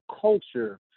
culture